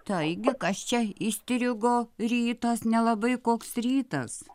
taigi kas čia įstrigo rytas nelabai koks rytas